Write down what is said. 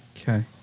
Okay